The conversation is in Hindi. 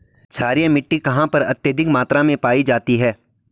क्षारीय मिट्टी कहां पर अत्यधिक मात्रा में पाई जाती है?